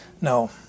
No